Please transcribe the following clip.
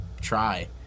try